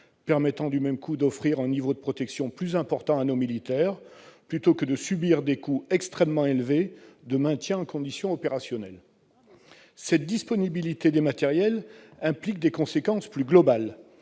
permettrait d'offrir un niveau de protection plus important à nos militaires, plutôt que de subir des coûts extrêmement élevés de maintien en condition opérationnelle ? Cette disponibilité des matériels comporte des dimensions plus globales,